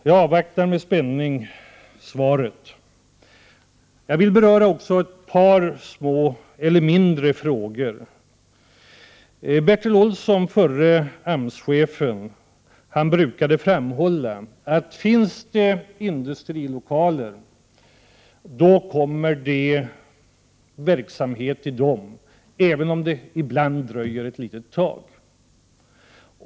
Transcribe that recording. Jag avvaktar med spänning svaret. Jag vill vidare beröra ett par mindre frågor. Bertil Olsson, förre AMS chefen, brukade framhålla att finns det industrilokaler, då kommer verksamheter dit, även om det i bland dröjer ett tag.